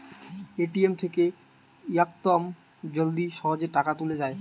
ATM থেকে ইয়াকদম জলদি সহজে টাকা তুলে যায়